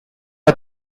are